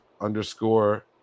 underscore